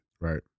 Right